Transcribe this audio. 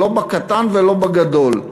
לא בקטן ולא בגדול.